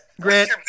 Grant